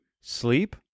sleep